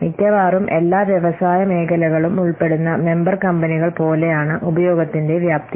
മിക്കവാറും എല്ലാ വ്യവസായ മേഖലകളും ഉൾപ്പെടുന്ന മെമ്പർ കമ്പനികൾ പോലെയാണ് ഉപയോഗത്തിന്റെ വ്യാപ്തി